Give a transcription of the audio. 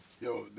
Yo